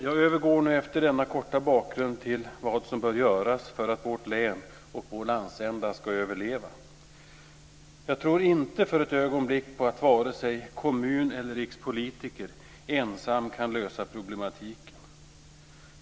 Jag övergår efter denna korta bakgrund till vad som bör göras för att vårt län och vår landsända ska överleva. Jag tror inte för ett ögonblick att vare sig kommuner eller rikspolitiker ensamma kan lösa problematiken.